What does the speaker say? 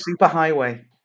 superhighway